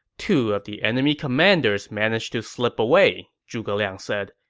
two of the enemy commanders managed to slip away, zhuge liang said.